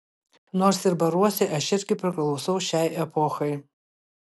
nors ir baruosi aš irgi priklausau šiai epochai